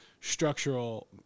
structural